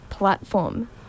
Platform